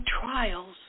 trials